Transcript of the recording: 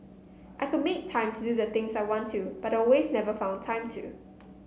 I could make time to do the things I want to but always never found time to